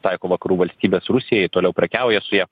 taiko vakarų valstybės rusijai toliau prekiauja su ja